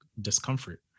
discomfort